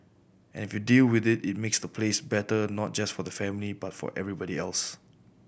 and if you deal with it it makes the place better not just for the family but for everybody else